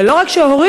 ולא רק שהורידו,